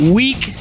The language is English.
week